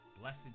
Blessed